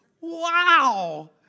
Wow